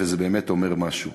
וזה באמת אומר משהו.